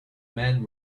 men